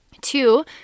Two